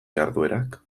jarduerak